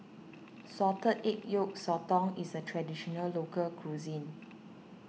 Salted Egg Yolk Sotong is a Traditional Local Cuisine